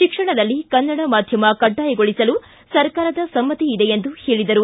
ಶಿಕ್ಷಣದಲ್ಲಿ ಕನ್ನಡ ಮಾಧ್ಯಮ ಕಡ್ಡಾಯಗೊಳಿಸಲು ಸರ್ಕಾರದ ಸಮ್ನತಿ ಇದೆ ಎಂದರು